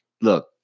look